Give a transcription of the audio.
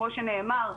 כמו שנאמר,